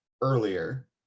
earlier